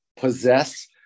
possess